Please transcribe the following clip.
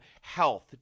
health